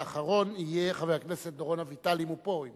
ואחרון יהיה חבר הכנסת דורון אביטל, אם הוא פה.